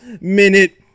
minute